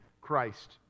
Christ